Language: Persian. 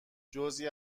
جزعی